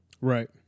Right